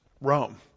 Rome